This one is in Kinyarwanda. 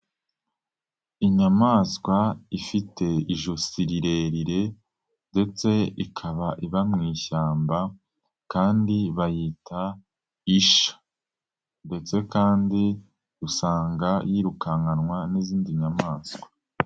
Inyamaswa ifite ijosi rirerire ndetse ikaba iba mu ishyamba kandi bayita isha ndetse kandi usanga yirukankanwa n'izindi nyamaswa.